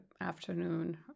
afternoon